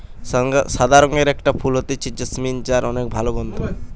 সাদা রঙের একটা ফুল হতিছে জেসমিন যার অনেক ভালা গন্ধ